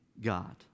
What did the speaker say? God